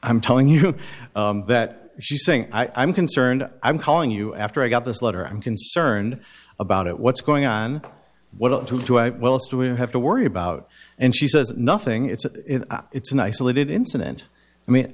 i'm telling you that she's saying i'm concerned i'm calling you after i got this letter i'm concerned about it what's going on what to do i have to worry about and she says nothing it's it's an isolated incident i mean